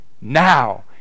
now